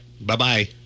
Bye-bye